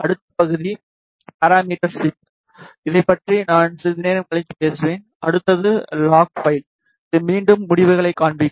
அடுத்த பகுதி parameter sweep இதைப் பற்றி நான் சிறிது நேரம் கழித்துப் பேசுவேன்அடுத்தது லாக் பைல் இது மீண்டும் முடிவுகளைக் காண்பிக்கும்